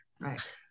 right